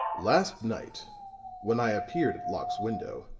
last night when i appeared at locke's window,